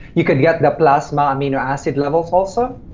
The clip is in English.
you could get the plasma amino acid levels also.